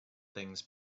things